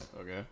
Okay